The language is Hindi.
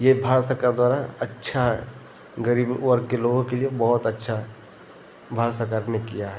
ये भारत सरकार द्वारा अच्छा गरीब वर्ग के लोगों के लिए बहुत अच्छा है भारत सरकार ने किया है